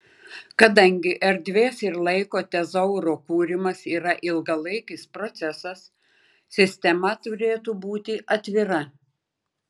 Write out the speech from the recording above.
kadangi erdvės ir laiko tezauro kūrimas yra ilgalaikis procesas sistema turėtų būti atvira